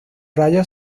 rayos